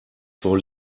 vor